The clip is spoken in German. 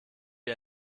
wie